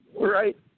Right